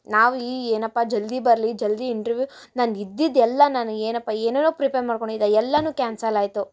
ನಾವು ಇಲ್ಲಿ ಏನಪ್ಪಾ ಜಲ್ದಿ ಬರ್ಲಿ ಜಲ್ದಿ ಇಂಟ್ರ್ವ್ಯೂವ್ ನಂದು ಇದ್ದಿದ್ದು ಎಲ್ಲ ನನ್ನ ಏನಪ್ಪಾ ಏನೇನೊ ಪ್ರಿಪೇರ್ ಮಾಡ್ಕೊಂಡು ಇದ್ದ ಎಲ್ಲಾನು ಕ್ಯಾನ್ಸಲ್ ಆಯಿತು